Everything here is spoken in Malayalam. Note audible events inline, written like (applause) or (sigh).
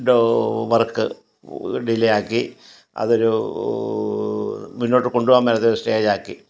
(unintelligible) വർക്ക് ഡിലെ ആക്കി അതൊരു മുന്നോട്ട് കൊണ്ട് പോകാൻ മേലാത്ത സ്റ്റേജാക്കി